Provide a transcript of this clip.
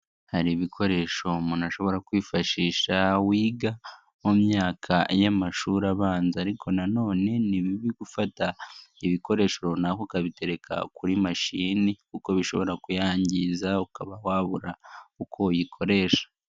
Hari ibikoresho umuntu ashobora kwifashisha wiga mu myaka y'amashuri abanza ariko na nonene ni bibi gufata ibikoresho runaka ukabitereka kuri mashini kuko bishobora kuyangiza ukaba wabura uko uyikoresha.